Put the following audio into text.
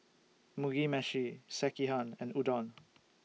Mugi Meshi Sekihan and Udon